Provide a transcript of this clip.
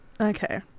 okay